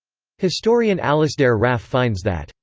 historian alasdair raffe finds that,